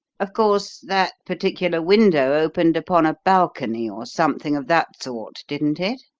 of course that particular window opened upon a balcony or something of that sort, didn't it?